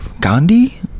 Gandhi